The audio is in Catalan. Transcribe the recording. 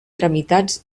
tramitats